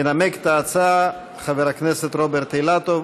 ינמק את ההצעה חבר הכנסת רוברט אילטוב.